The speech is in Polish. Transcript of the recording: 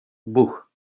buch